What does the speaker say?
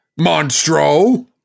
Monstro